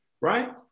right